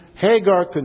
Hagar